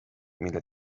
mille